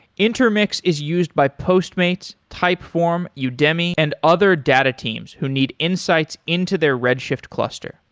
intermix is used by postmates, typeform, yeah udemy and other data teams who need insights into their redshift cluster.